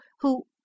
Who